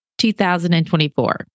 2024